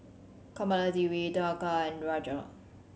Kamaladevi and Raj